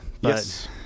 Yes